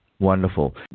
Wonderful